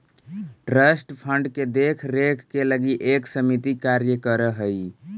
trust fund के देख रेख के लगी एक समिति कार्य कर हई